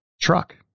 truck